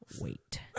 wait